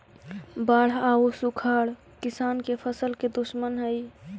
बाढ़ आउ सुखाड़ किसान के फसल के दुश्मन हइ